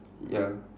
ya